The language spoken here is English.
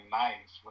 nice